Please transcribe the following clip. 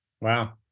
Wow